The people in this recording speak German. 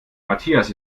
matthias